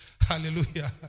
Hallelujah